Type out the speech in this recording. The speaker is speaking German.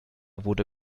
wurde